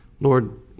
Lord